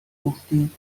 گفتیم